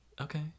Okay